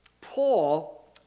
Paul